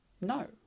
No